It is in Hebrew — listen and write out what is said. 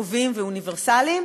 טובים ואוניברסליים,